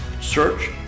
search